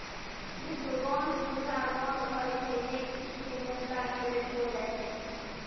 युद्ध बांड, खुदरा बांड होय छै जे कि सीधे जनता के बेचलो जाय छै